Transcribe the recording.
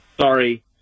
Sorry